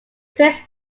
critics